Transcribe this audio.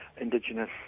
Indigenous